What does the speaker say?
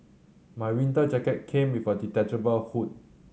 my winter jacket came with a detachable hood